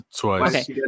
Twice